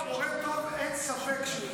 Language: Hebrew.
אין ספק,